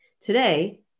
Today